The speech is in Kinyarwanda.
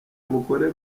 mukore